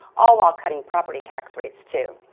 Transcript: all while cutting property tax rates, too.